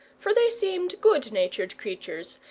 for they seemed good-natured creatures,